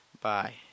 Bye